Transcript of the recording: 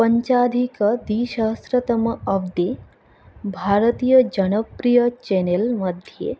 पञ्चाधिकद्विसहस्रतम अब्दि भारतीयजनप्रियचेनल्मध्ये